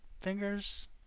Fingers